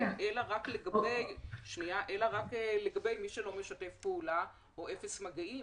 אלא רק לגבי מי שלא משתף פעולה או אפס מגעים.